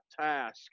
task